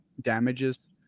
damages